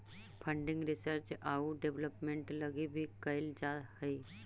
funding research आउ development लगी भी कैल जा हई